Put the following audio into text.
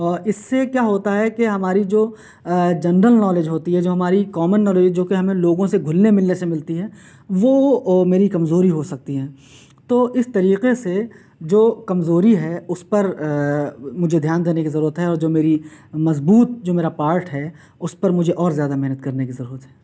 اور اس سے کیا ہوتا ہے کہ ہماری جو جنرل نالج ہوتی ہے جو ہماری کامن نالج ہوتی ہے جو کہ ہمیں لوگوں سے گھلنے ملنے سے ملتی ہے وہ میری کمزوری ہو سکتی ہیں تو اس طریقہ سے جو کمزوری ہے اس پر مجھے دھیان دینے کی ضرورت ہے اور جو میری مضبوط جو میرا پارٹ ہے اس پر مجھے اور زیادہ محنت کرنے کی ضرورت ہے